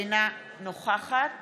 אינה נוכחת